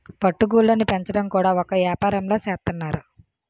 పట్టు గూళ్ళుని పెంచడం కూడా ఒక ఏపారంలా సేత్తన్నారు